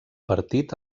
partit